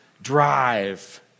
drive